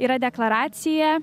yra deklaracija